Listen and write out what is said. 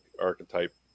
archetype